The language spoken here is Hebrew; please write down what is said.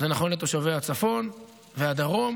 זה נכון לתושבי הצפון והדרום,